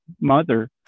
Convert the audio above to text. mother